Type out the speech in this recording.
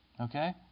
Okay